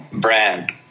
brand